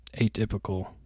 atypical